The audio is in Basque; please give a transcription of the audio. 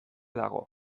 dago